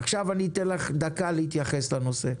עכשיו אני אתן לך דקה להתייחס לנושא.